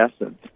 essence